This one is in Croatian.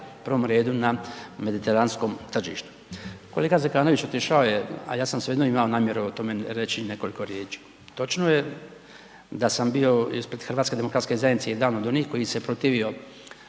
prvom redu na mediteranskom tržištu. Kolega Zekanović, otišao je, ali ja sam svejedno imao namjeru o tome reći nekoliko riječi. Točno je da sam bio ispred HDZ-a jedan od onih koji se protivio